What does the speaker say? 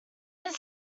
this